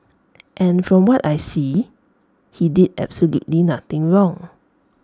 and from what I see he did absolutely nothing wrong